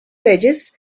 leyes